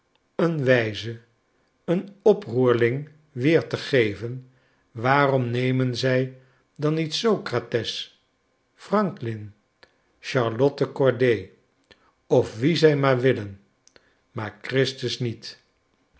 een wijze een oproerling weer te geven waarom nemen zij dan niet socrates franklin charlotte corday of wien zij maar willen maar christus niet